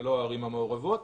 ללא הערים המעורבות,